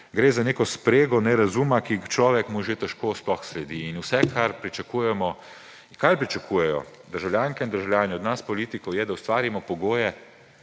gre za neko sprego nerazuma, čemur človek že težko sploh sledi. In vse, kar pričakujejo državljanke in državljani od nas politikov, je, da ustvarimo pogoje